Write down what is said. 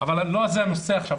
אבל לא זה הנושא עכשיו.